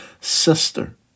sister